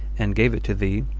and gave it to thee,